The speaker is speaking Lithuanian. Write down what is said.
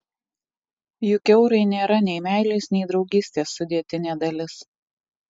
juk eurai nėra nei meilės nei draugystės sudėtinė dalis